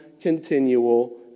continual